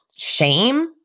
shame